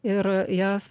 ir jas